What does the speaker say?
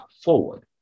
forward